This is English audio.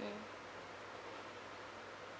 mm